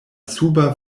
suba